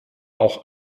auch